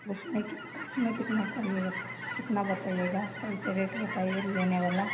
उसमें कित उसमें कितना करिएगा कितना बताएगा सही से रेट बताइए लेने वाला